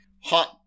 hot